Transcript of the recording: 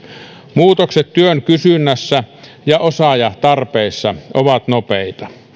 muutokset työn kysynnässä ja osaajatarpeissa ovat nopeita